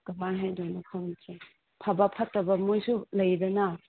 ꯀꯃꯥꯏ ꯍꯥꯏꯗꯣꯏꯅꯣ ꯈꯪꯗ꯭ꯔꯦ ꯐꯕ ꯐꯠꯇꯕ ꯃꯣꯏꯁꯨ ꯂꯩꯗꯅ